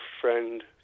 friend